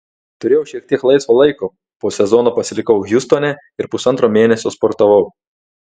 turėjau šiek tiek laisvo laiko po sezono pasilikau hjustone ir pusantro mėnesio sportavau